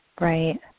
Right